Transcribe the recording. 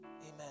amen